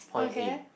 okay